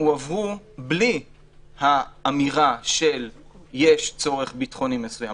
הועברו בלי האמירה של יש צורך ביטחוני מסוים.